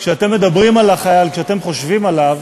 כשאתם מדברים על החייל, כשאתם חושבים עליו,